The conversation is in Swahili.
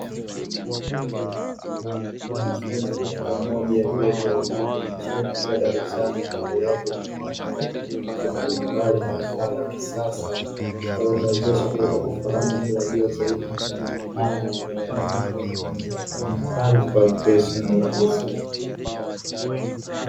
Mwanafunzi katika moja ya vyuo vya ufundi nchini akiwa darasani akiendelea kujifunza kwa kutumia njia mbalimbali na vifaa vya kisasa, vinavyomuwezesha kufahamu na kuyajua zaidi masomo yake hayo na kuyaelewa na kuweza kuyafanyia kazi kwa wepesi na urahisi.